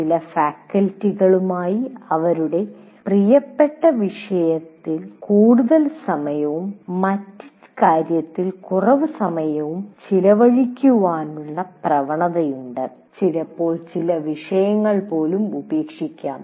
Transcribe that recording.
ചില ഫാക്കൽറ്റികളുമായി അവരുടെ പ്രിയപ്പെട്ട വിഷയങ്ങളിൽ കൂടുതൽ സമയവും മറ്റ് കാര്യങ്ങളിൽ കൂറവു സമയവും ചെലവഴിക്കുന്ന പ്രവണതയുണ്ട് ചിലപ്പോൾ ചില വിഷയങ്ങൾ പോലും ഉപേക്ഷിക്കാം